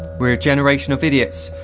we're a generation of idiots,